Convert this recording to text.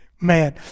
Man